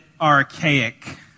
archaic